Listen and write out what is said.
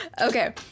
Okay